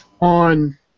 on